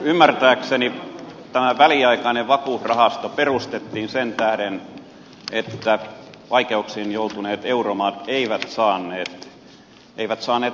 ymmärtääkseni tämä väliaikainen vakuusrahasto perustettiin sen tähden että vaikeuksiin joutuneet euromaat eivät saaneet lainaa kohtuuhintaan